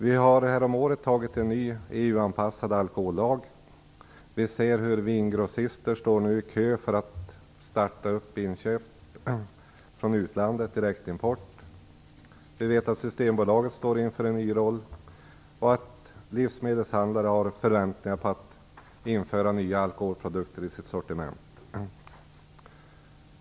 Vi har häromåret fattat beslut om en ny EU-anpassad alkohollag. Vi ser hur vingrossister nu står i kö för att börja köpa från utlandet via direktimport. Vi vet att Systembolaget står inför en ny roll och att livsmedelshandlare har förväntningar på att kunna införa nya alkoholprodukter i sitt sortiment.